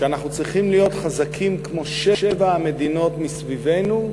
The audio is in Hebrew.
שאנחנו צריכים להיות חזקים כמו שבע המדינות מסביבנו,